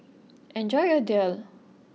enjoy your Daal